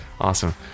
Awesome